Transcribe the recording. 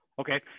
Okay